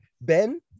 Ben